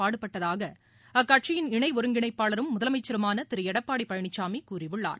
பாடுபட்டதாக அக்கட்சியின் இணை ஒருங்கிணைப்பாளரும் முதலமைச்சருமான திரு எடப்பாடி பழனிசாமி கூறியுள்ளார்